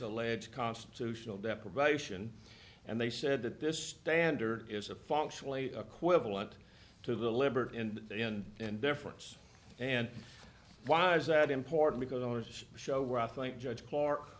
alleged constitutional deprivation and they said that this standard is a functionally equivalent to the liberty and the end and difference and why is that important because the owners show where i think judge clark